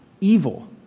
evil